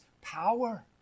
power